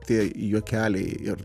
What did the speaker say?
tie juokeliai ir